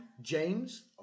James